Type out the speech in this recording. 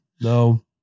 no